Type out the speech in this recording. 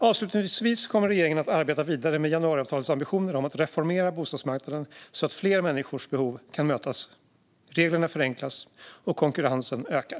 Avslutningsvis kommer regeringen att arbeta vidare med januariavtalets ambitioner att reformera bostadsmarknaden så att fler människors behov kan mötas, reglerna förenklas och konkurrensen ökar.